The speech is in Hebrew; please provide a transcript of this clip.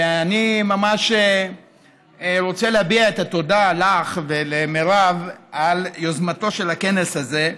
ואני ממש רוצה להביע את התודה לך ולמירב על יוזמת הכנס הזה.